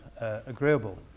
agreeable